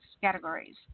categories